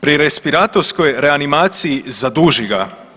Pri respiratorskoj reanimaciji zaduži ga.